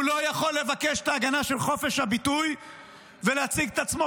הוא לא יכול לבקש את ההגנה של חופש הביטוי ולהציג את עצמו